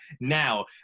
now